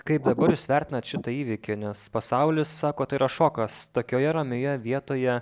kaip dabar jūs vertinat šitą įvykį nes pasaulis sako tai yra šokas tokioje ramioje vietoje